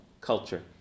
culture